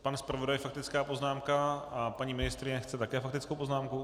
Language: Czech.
Pan zpravodaj faktická poznámka a paní ministryně chce také faktickou poznámku?